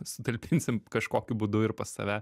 sutalpinsim kažkokiu būdu ir pas save